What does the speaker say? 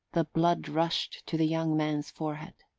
the blood rushed to the young man's forehead.